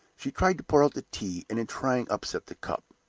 she tried to pour out the tea, and in trying upset the cup.